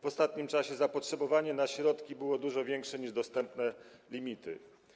W ostatnim czasie zapotrzebowanie na środki było dużo większe niż dostępne limity.